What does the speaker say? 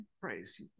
Praise